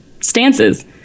stances